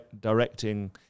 directing